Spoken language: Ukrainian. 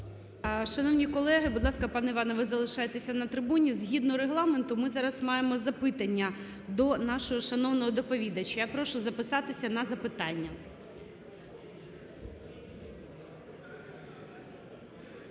Шановні колеги, будь ласка, пане Іване, ви залишайтесь на трибуні. Згідно Регламенту ми зараз маємо запитання до нашого шановного доповідача. Я прошу записатися на запитання.